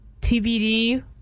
TBD